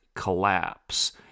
collapse